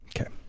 Okay